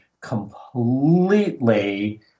completely